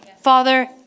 Father